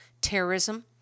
terrorism